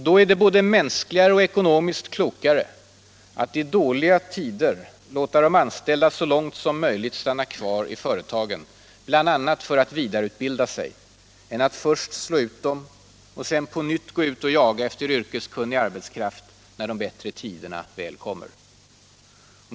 Då är det både mänskligare och ekonomiskt klokare att i dåliga tider låta de anställda så långt som möjligt stanna kvar i företagen, bl.a. för att vidareutbilda sig, än att först slå ut dem och sedan på nytt gå ut och jaga efter yrkeskunnig arbetskraft när de bättre tiderna väl kommer.